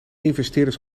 investeerders